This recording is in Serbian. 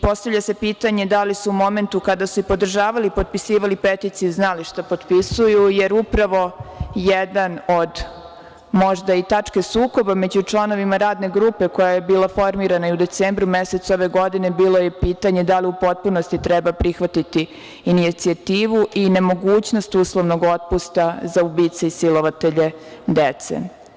Postavlja se pitanje - da li su u momentu kada su podržavali i potpisivali peticiju znali šta potpisuju, jer upravo jedna od možda i tačke sukoba među članovima radne grupe koja je bila formirana i u decembru mesecu ove godine, bilo je pitanje da li u potpunosti treba prihvatiti inicijativu i nemogućnost uslovnog otpusta za ubice i silovatelje dece.